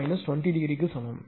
0117∠ 20 ° க்கு சமம்